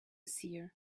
seer